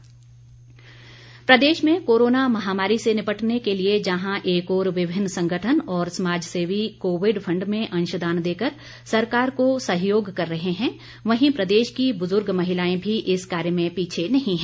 अंशदान प्रदेश में कोरोना महामारी से निपटने के लिए जहां एक ओर विभिन्न संगठन और समाज सेवी कोविड फंड में अंशदान देकर सरकार को सहयोग कर रहे हैं वहीं प्रदेश की बुजुर्ग महिलाएं भी इस कार्य में पीछे नहीं है